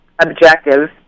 objective